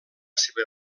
seva